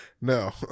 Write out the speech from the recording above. no